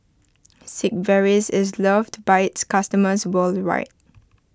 Sigvaris is loved by its customers worldwide